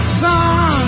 son